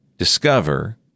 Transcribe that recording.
Discover